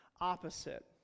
opposite